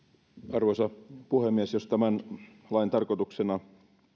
arvoisa puhemies jos tämän lain tarkoituksena